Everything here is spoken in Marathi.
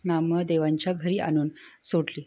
नामदेवांच्या घरी आणून सोडली